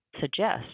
suggest